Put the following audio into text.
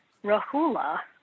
Rahula